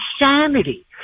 insanity